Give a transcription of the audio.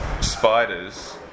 spiders